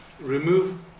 remove